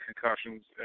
concussions